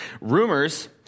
rumors